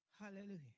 Hallelujah